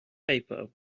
paper